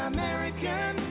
American